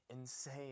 insane